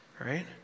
right